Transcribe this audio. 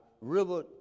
river